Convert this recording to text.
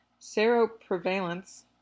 seroprevalence